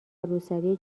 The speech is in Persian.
روسری